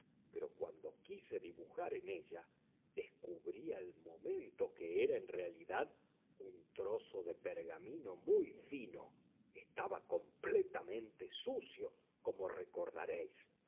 pero cuando quise dibujar en ella descubrí al momento que era en realidad un trozo de pergamino muy fino estaba completamente sucio como recordaréis